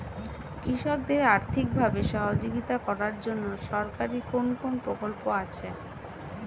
কৃষকদের আর্থিকভাবে সহযোগিতা করার জন্য সরকারি কোন কোন প্রকল্প আছে?